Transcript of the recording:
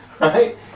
Right